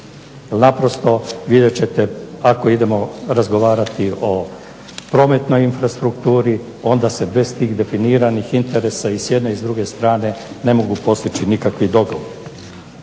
naprosto vidjet ćete, ako idemo razgovarati o prometnoj infrastrukturi onda se bez tih definiranih interesa i s jedne i s druge strane ne mogu postići nikakvi dogovori.